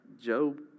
Job